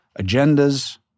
agendas